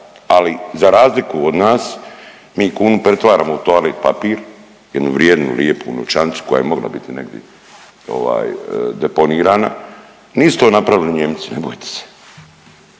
ali za razliku od nas mi kunu pretvaramo u toalet papir, jednu vrijednu, lijepu novčanicu koja je mogla biti negdi ovaj deponirana, nisu to napravili Nijemci, ne bojte se.